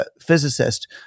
Physicist